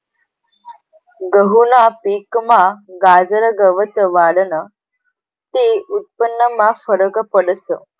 गहूना पिकमा गाजर गवत वाढनं ते उत्पन्नमा फरक पडस